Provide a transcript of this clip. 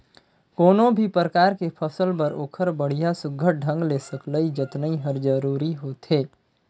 कोनो भी परकार के फसल बर ओखर बड़िया सुग्घर ढंग ले सकलई जतनई हर जरूरी होथे